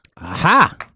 Aha